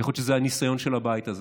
ויכול להיות שזה הניסיון של הבית הזה,